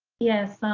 yes,